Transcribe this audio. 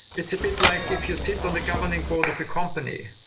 it's a bit like if you sit on the governing board of a company.